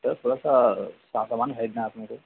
sir थोड़ा सा सा सामान ख़रीदना है अपने को